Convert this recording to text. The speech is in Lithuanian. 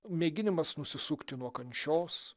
mėginimas nusisukti nuo kančios